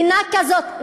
מדינה כזאת,